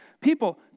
people